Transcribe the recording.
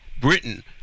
Britain